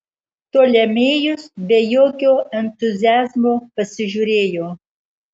ptolemėjus be jokio entuziazmo pasižiūrėjo